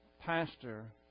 pastor